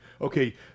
okay